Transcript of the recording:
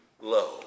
low